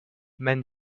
men